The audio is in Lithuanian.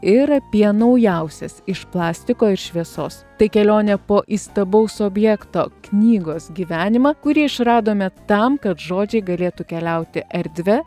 ir apie naujausias iš plastiko ir šviesos tai kelionė po įstabaus objekto knygos gyvenimą kurį išradome tam kad žodžiai galėtų keliauti erdve